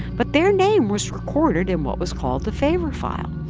but their name was recorded in what was called the favor file.